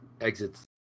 exits